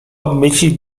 obmyślić